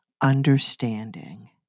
understanding